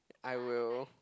I will